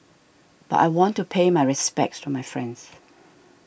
but I want to pay my respects to my friends